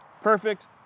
Perfect